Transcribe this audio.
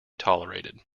tolerated